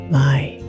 lie